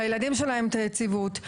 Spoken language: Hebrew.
לילדים שלהם את היציבות.